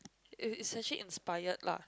it it's actually inspired lah